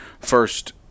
First